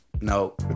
no